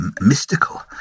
mystical